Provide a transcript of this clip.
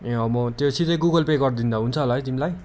ए अँ म त्यो सिधै गुगल पे गरिदिँदा हुन्छ होला है तिमीलाई